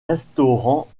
restaurants